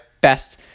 best